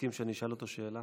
יסכים שאני אשאל אותו שאלה?